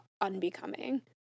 unbecoming